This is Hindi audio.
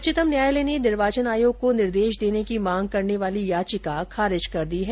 उच्चतम न्यायालय ने निर्वाचन आयोग को निर्देश देने की मांग करने वाली याचिका खारिज कर दी है